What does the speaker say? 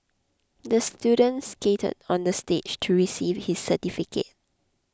the student skated onto the stage to receive his certificate